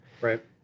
Right